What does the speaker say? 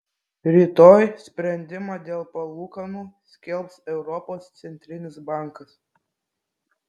rytoj sprendimą dėl palūkanų skelbs europos centrinis bankas